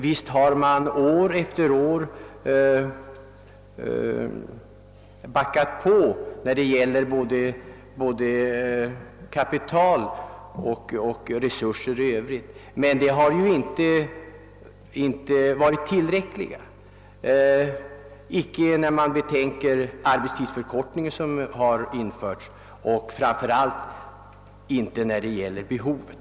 Visst har år efter år resurserna utökats både kapitalmässigt och på annat sätt, men detta har ju inte varit tillräckligt med hänsyn till den genomförda arbetstidsförkortningen och framför allt inte med hänsyn till behovet.